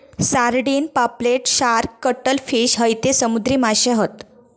sardine, पापलेट, shark, cuttlefish हयते समुद्री माशे हत